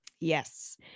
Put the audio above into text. Yes